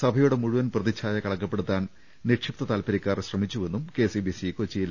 സഭയുടെ മുഴുവൻ പ്രതിഛായ കളങ്കപ്പെടുത്താൻ നിക്ഷിപ്ത താൽപര്യക്കാർ ശ്രമിച്ചുവെന്നും കെസിബിസി കൊച്ചിയിൽ